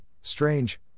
strange